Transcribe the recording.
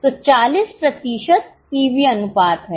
तो 40 प्रतिशत पीवी अनुपात है